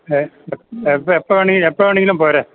ഏ എപ്പോള് എപ്പോള് വേണമെങ്കിലും എപ്പോള് വേണമെങ്കിലും പോരേ